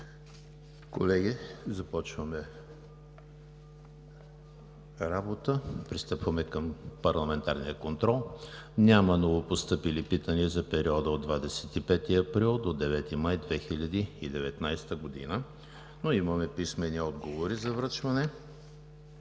Колеги, започваме работа. Пристъпваме към: ПАРЛАМЕНТАРЕН КОНТРОЛ. Няма новопостъпили питания за периода от 25 април до 9 май 2019 г., но имаме писмени отговори за връчване